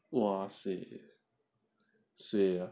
!wah! seh suay ah